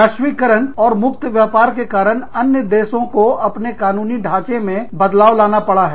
वैश्वीकरण और मुक्त व्यापार के कारण अनेक देशों को अपने कानूनी ढाँचा मे बदलाव लाना पड़ा है